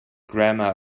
grammar